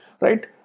Right